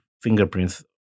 fingerprints